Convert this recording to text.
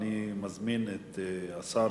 אני מזמין את השר,